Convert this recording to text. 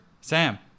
Sam